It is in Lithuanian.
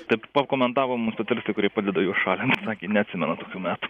taip pakomentavo mūsų specialistai kurie padeda juos šalint sakė neatsimena tokių metų